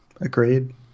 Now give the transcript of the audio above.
Agreed